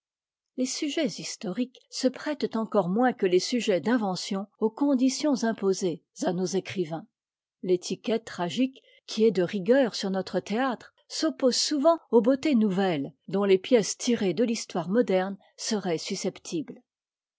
les sujets historiques se prêtent encore moins que les sujets d'invention aux conditions imposées à nos écrivains t'étiquettf tragique qui est de rigueur sur notre théâtre s'oppose souvent aux beautés nouvelles dont les pièces tirées de l'histoire moderne seraient susceptibles